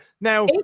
Now